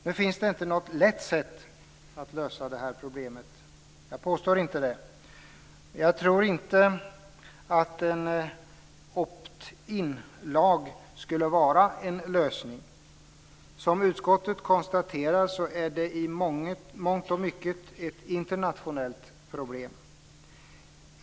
Nu finns det inte något lätt sätt att lösa problemet. Jag påstår inte det. Jag tror inte att en opt in-lag skulle vara en lösning. Som utskottet konstaterar är det i mångt och mycket ett internationellt problem.